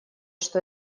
что